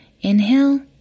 Inhale